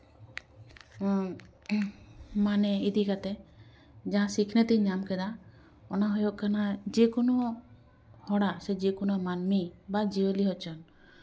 ᱢᱟᱱᱮ ᱤᱫᱤ ᱠᱟᱛᱮ ᱡᱟᱦᱟᱸ ᱥᱤᱠᱷᱱᱟᱹᱛᱤᱧ ᱧᱟᱢ ᱠᱮᱫᱟ ᱚᱱᱟ ᱦᱩᱭᱩᱜ ᱠᱟᱱᱟ ᱡᱮᱠᱳᱱᱳ ᱦᱚᱲᱟᱜ ᱥᱮ ᱡᱮᱠᱳᱱᱳ ᱢᱟᱹᱱᱢᱤ ᱵᱟ ᱡᱤᱭᱟᱹᱞᱤ ᱦᱳᱭ ᱦᱚᱪᱚᱱ